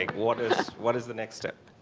what is what is the next step?